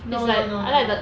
no no no no no